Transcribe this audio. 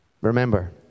remember